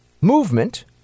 movement